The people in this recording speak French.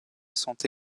sont